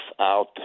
out